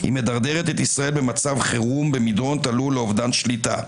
היא מדרדרת את ישראל למצב חירום במדרון תלול לאובדן שליטה.